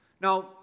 Now